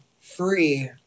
free